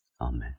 Amen